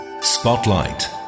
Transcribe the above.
Spotlight